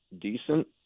decent